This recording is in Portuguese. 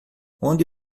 onde